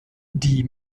die